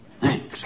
Thanks